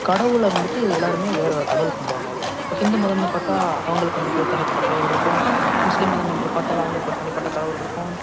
கடவுளை வந்துட்டு எல்லாருமே வேற வேற கடவுள் கும்பிடுவாங்க அவ்வ்ளோதான் இப்போ ஹிந்து மதம்ன்னு பார்த்தா அவங்களுக்கு வந்துட்டு ஒரு தனிப்பட்ட கடவுள் இருக்கும் முஸ்லீம் மதம் என்று பார்த்தால் அவங்களுக்கு ஒரு தனிப்பட்ட கடவுளிருக்கும்